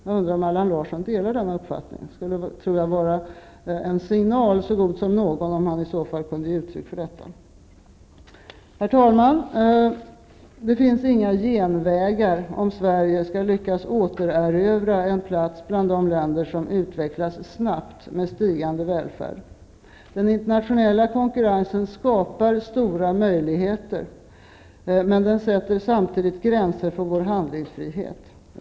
Jag undrar om Allan Lrsson delar denna uppfattning. Det skulle vara en signal så god som någon om han i så fall kunde ge uttryck för detta. Herr talman! Det finns inga genvägar om Sverige skall lyckas återerövra en plats bland de länder som utvecklas snabbt, med stigande välfärd. Den internationella konkurrensen skapar stora möjligheter, men den sätter samtidigt gränser för vår handlingsfrihet.